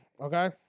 okay